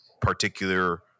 particular